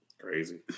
Crazy